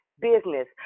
business